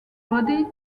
body